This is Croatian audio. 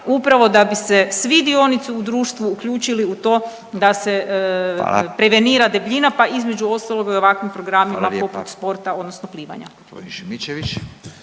upravo da bi se svi dionici u društvu uključili u to da se …/Upadica: Hvala./… prevenira debljina pa između ostalog i ovakvim programima poput sport odnosno plivanja.